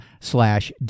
slash